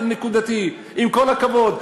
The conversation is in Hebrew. עם כל הכבוד,